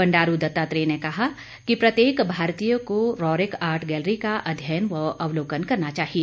बंडारू दत्तात्रेय ने कहा कि प्रत्येक भारतीय को रोरिक आर्ट गैलरी का अध्ययन व अवलोकन करना चाहिए